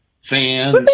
fans